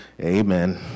Amen